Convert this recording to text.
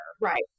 Right